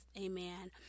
amen